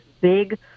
big